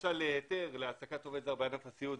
בקשה להיתר להעסקת עובד זר בענף הסיעוד,